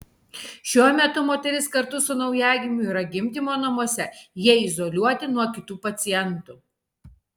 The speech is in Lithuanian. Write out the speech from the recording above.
šiuo metu moteris kartu su naujagimiu yra gimdymo namuose jie izoliuoti nuo kitų pacientų